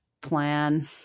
plan